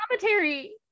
commentary